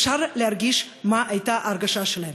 אפשר להרגיש מה הייתה ההרגשה שלהן.